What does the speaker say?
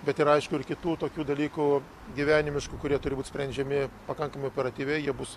bet yra aišku ir kitų tokių dalykų gyvenimiškų kurie turi būt sprendžiami pakankamai operatyviai jie bus